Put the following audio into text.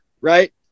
right